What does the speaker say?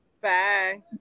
Bye